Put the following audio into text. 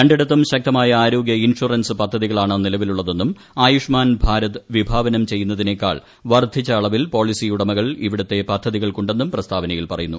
രണ്ടിടത്തും ശക്തമായ ആരോഗ്യ ഇൻഷറൻസ് പദ്ധതികളാണ് നിലവിലുള്ളതെന്നും ആയുഷ്മാൻ ഭാരത് വിഭാവനം ചെയ്യുന്നതിനേക്കാൾ വർദ്ധിച്ച അളവിൽ പോളിസി ഉടമകൾ ഇവിടുത്തെ പദ്ധതികൾക്കുണ്ടെന്നും പ്രസ്താവനയിൽ പറയുന്നു